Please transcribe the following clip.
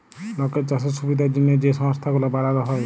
লকের চাষের সুবিধার জ্যনহে যে সংস্থা গুলা বালাল হ্যয়